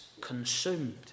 consumed